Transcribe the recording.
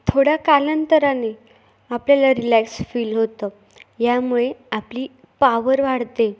थोड्या कालांतराने आपल्याला रिलॅक्स फील होतं यामुळे आपली पावर वाढते